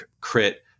crit